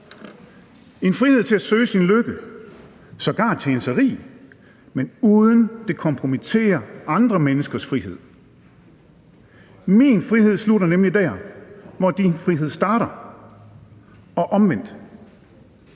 en frihed til at søge sin lykke og sågar tjene sig rig, men uden at det kompromitterer andre menneskers frihed. Min frihed slutter nemlig der, hvor din frihed starter, og omvendt.